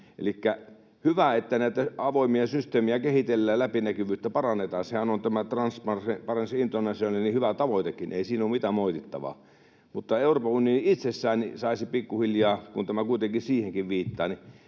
Elikkä hyvä, että näitä avoimia systeemejä kehitellään, läpinäkyvyyttä parannetaan, sehän on tämä Transparency Internationalin hyvä tavoitekin, ei siinä ole mitään moitittavaa. Mutta Euroopan unioni itsessään saisi pikkuhiljaa, kun tämä kuitenkin siihenkin viittaa,